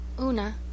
Una